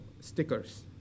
stickers